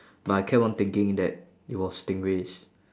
but I kept on thinking that it was stingrays